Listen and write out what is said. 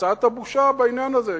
קצת בושה בעניין הזה,